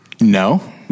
No